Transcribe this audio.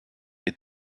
est